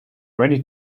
ready